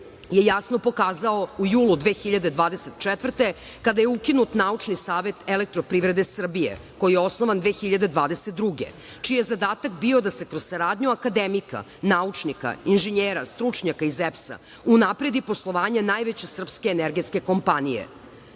je jasno pokazao u julu 2024. godine, kada je ukinut Naučni savet elektroprivrede Srbije, koji je osnovan 2022. godine, čiji je zadatak bio da se kroz saradnju akademika, naučnika, inženjera, stručnjaka iz EPS-a, unapredi poslovanje najveće srpske energetske kompanije. Dok